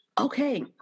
okay